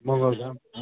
Mangaldham